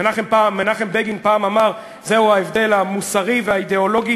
מנחם בגין אמר פעם: זהו ההבדל המוסרי והאידיאולוגי